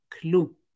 clue